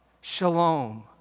shalom